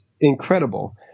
incredible